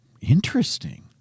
Interesting